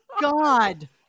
God